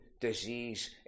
disease